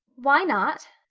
why not?